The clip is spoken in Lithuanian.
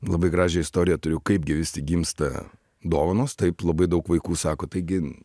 labai gražią istoriją turiu kaipgi vis tik gimsta dovanos taip labai daug vaikų sako taigi